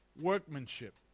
workmanship